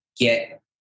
get